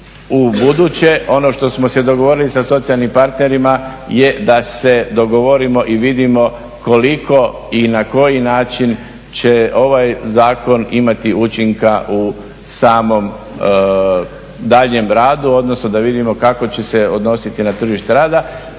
ubuduće. Ono što smo se dogovorili sa socijalnim partnerima je da se dogovorimo i vidimo koliko i na koji način će ovaj zakon imati učinka u samom daljnjem radu, odnosno da vidimo kako će se odnositi na tržište rada.